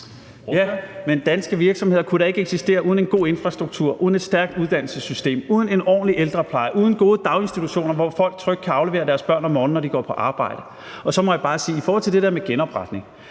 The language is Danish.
Ja, men de danske virksomheder kunne da ikke eksistere uden en god infrastruktur, uden et stærkt uddannelsessystem, uden en ordentlig ældrepleje og uden gode daginstitutioner, hvor folk trygt kan aflevere deres børn om morgenen, når de går på arbejde. Så må jeg bare i forhold til det om genopretning